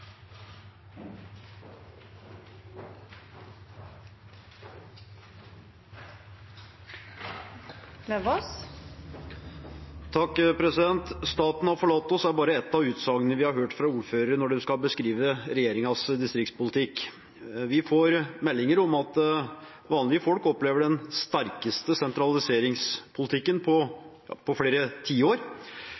utsagnene vi har hørt fra ordførere når de skal beskrive regjeringens distriktspolitikk. Vi får meldinger om at vanlige folk opplever den sterkeste sentraliseringspolitikken på